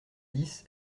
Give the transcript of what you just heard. dix